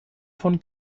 von